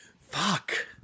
Fuck